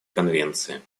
конвенции